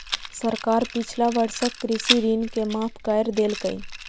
सरकार पिछला वर्षक कृषि ऋण के माफ कैर देलकैए